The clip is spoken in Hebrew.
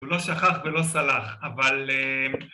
הוא לא שכח ולא סלח אבל